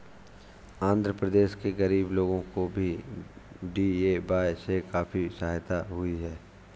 आंध्र प्रदेश के गरीब लोगों को भी डी.ए.वाय से काफी सहायता हुई है